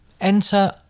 Enter